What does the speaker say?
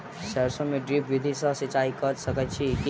सैरसो मे ड्रिप विधि सँ सिंचाई कऽ सकैत छी की?